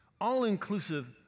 all-inclusive